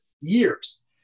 Years